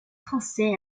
français